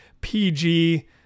PG